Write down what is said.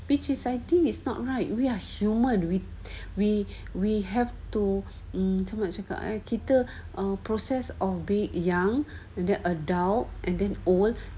which is I think not right we are human and we we we have to macam mana nak cakap eh a process of being young and then adult and then old